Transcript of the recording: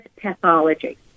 pathology